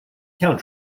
count